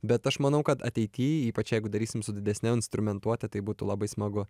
bet aš manau kad ateity ypač jeigu darysim su didesne instrumentuote tai būtų labai smagu